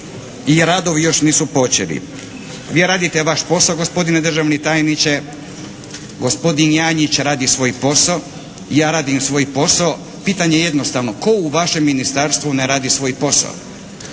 i radovi još nisu počeli. Vi radite vaš posao gospodine državni tajniče. Gospodin Janjić radi svoj posao. Ja radim svoj posao. Pitanje je jednostavno. Tko u vašem Ministarstvu ne radi svoj posao?